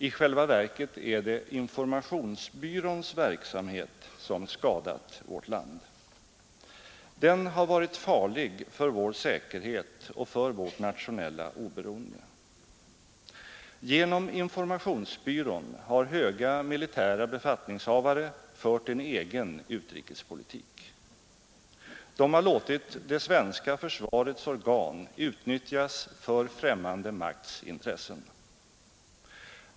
I själva verket är det informationsbyråns verksamhet som skadat vårt land. Den har varit farlig för vår säkerhet och för vårt nationella oberoende. Genom informationsbyrån har höga militära befattningshavare fört en egen utrikespolitik. De har låtit det svenska försvarets organ utnyttjas för främmande makts intressen.